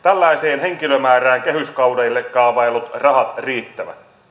tällaiseen henkilömäärään kehyskaudelle kaavaillut rahat riittävät